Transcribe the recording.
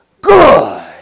good